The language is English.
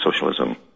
socialism